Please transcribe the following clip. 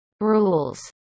rules